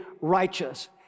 righteous